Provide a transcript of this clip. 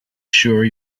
sure